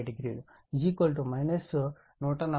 8 1200 141